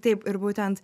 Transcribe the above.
taip ir būtent